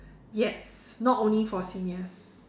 yes not only for seniors